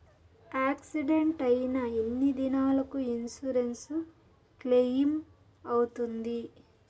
Accident అయిన ఎన్ని దినాలకు ఇన్సూరెన్సు క్లెయిమ్ అవుతుంది?